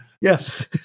Yes